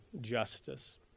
justice